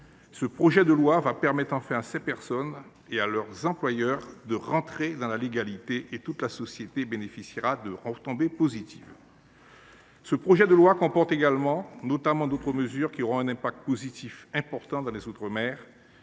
Ce projet de loi va enfin permettre à ces personnes et à leurs employeurs de rentrer dans la légalité, toute la société bénéficiant de retombées positives. Ce projet de loi comporte également d’autres mesures qui auront un impact positif important dans les outre mer,